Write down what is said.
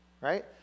right